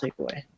takeaway